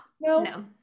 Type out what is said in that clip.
No